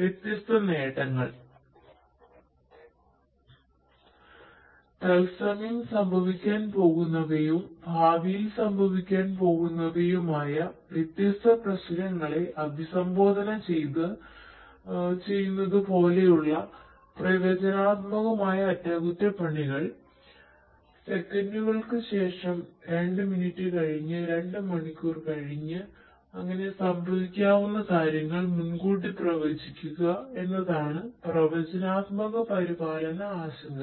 വ്യത്യസ്തനേട്ടങ്ങൾ തത്സമയം സംഭവിക്കാൻ പോകുന്നവയും ഭാവിയിൽ സംഭവിക്കാൻ പോകുന്നവയുമായ വ്യത്യസ്ത പ്രശ്നങ്ങളെ അഭിസംബോധന ചെയ്യുന്നത് പോലുള്ള പ്രവചനാത്മക അറ്റകുറ്റപ്പണികൾ സെക്കൻഡുകൾക്ക് ശേഷം രണ്ട് മിനിറ്റ് കഴിഞ്ഞ് രണ്ട് മണിക്കൂർ കഴിഞ്ഞ് സംഭവിക്കാവുന്ന കാര്യങ്ങൾ മുൻകൂട്ടി പ്രവചിക്കുക എന്നതാണ് പ്രവചനാത്മക പരിപാലന ആശങ്കകൾ